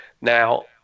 Now